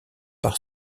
par